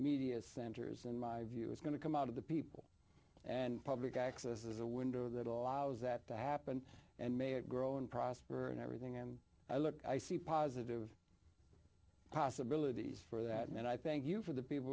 media centers and my view is going to come out of the people and public access is a window that allows that to happen and may grow and prosper and everything and i look i see positive possibilities for that and i thank you for the people